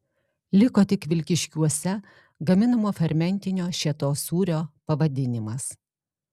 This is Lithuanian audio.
liko tik vilkyškiuose gaminamo fermentinio šėtos sūrio pavadinimas